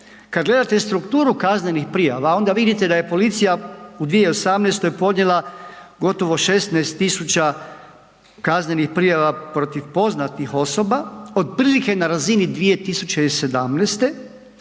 kad gledate strukturu kaznenih prijava onda vidite da je policija u 2018. podnijela gotovo 16.000 kaznenih prijava protiv poznatih osoba otprilike na razini 2017.,